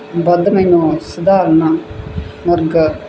ਵੱਧ ਮੈਨੂੰ ਸਧਾਰਨ ਮੁਰਗ